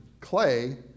clay